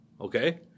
Okay